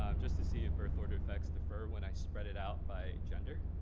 um just to see if birth order effects defer when i spread it out by gender.